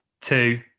two